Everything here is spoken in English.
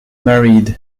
married